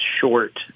short